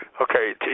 Okay